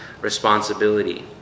responsibility